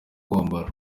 kwambara